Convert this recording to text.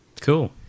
Cool